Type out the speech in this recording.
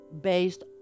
based